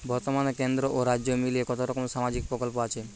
বতর্মানে কেন্দ্র ও রাজ্য মিলিয়ে কতরকম সামাজিক প্রকল্প আছে?